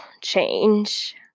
change